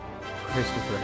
Christopher